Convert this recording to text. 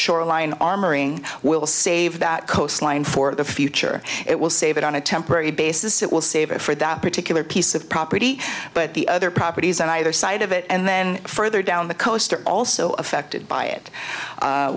shoreline armoring will save that coastline for the future it will save it on a temporary basis it will save it for that particular piece of property but the other properties on either side of it and then further down the coast are also affected by it